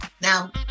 Now